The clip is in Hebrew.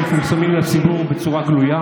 שמפורסמים לציבור בצורה גלויה.